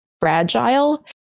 fragile